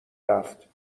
رفت